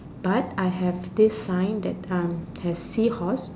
but I have this sign that um has seahorse